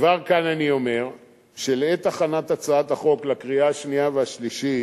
כבר כאן אני אומר שלעת הכנת הצעת החוק לקריאה השנייה והשלישית